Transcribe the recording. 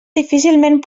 difícilment